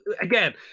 again